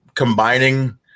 Combining